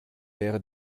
wäre